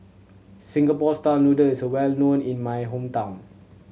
Singapore style noodle is well known in my hometown